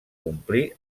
complir